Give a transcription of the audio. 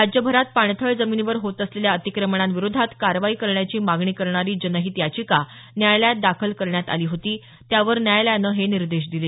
राज्यभरात पाणथळ जमिनीवर होत असलेल्या अतिक्रमणांविरोधात कारवाई करण्याची मागणी करणारी जनहित याचिका न्यायालयात दाखल करण्यात आली होती त्यावर न्यायालयानं हे निर्देश दिले